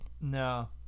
No